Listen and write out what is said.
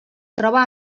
troba